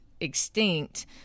extinct